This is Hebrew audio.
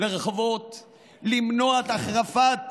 לרחובות ולמנוע את החרפת